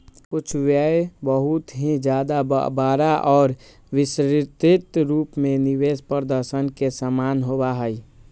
कुछ व्यय बहुत ही ज्यादा बड़ा और विस्तृत रूप में निवेश प्रदर्शन के समान होबा हई